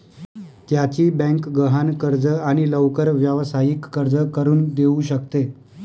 त्याची बँक गहाण कर्ज आणि लवकर व्यावसायिक कर्ज करून देऊ शकते